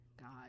God